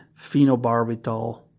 phenobarbital